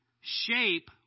shape